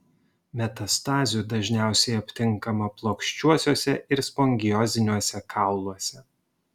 metastazių dažniausiai aptinkama plokščiuosiuose ir spongioziniuose kauluose